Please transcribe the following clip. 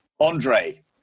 Andre